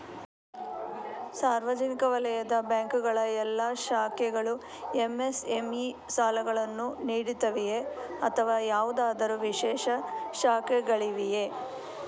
ಸಾರ್ವಜನಿಕ ವಲಯದ ಬ್ಯಾಂಕ್ ಗಳ ಎಲ್ಲಾ ಶಾಖೆಗಳು ಎಂ.ಎಸ್.ಎಂ.ಇ ಸಾಲಗಳನ್ನು ನೀಡುತ್ತವೆಯೇ ಅಥವಾ ಯಾವುದಾದರು ವಿಶೇಷ ಶಾಖೆಗಳಿವೆಯೇ?